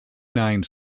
nine